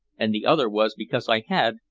and the other was because i had,